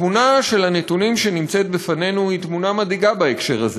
התמונה של הנתונים שנמצאת בפנינו היא תמונה מדאיגה בהקשר הזה,